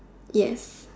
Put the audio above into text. yes